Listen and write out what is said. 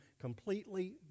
completely